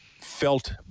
felt